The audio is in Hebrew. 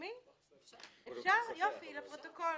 הנופי,